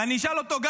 ואני אשאל אותו גם,